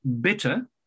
bitter